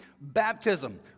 baptism